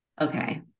okay